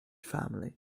family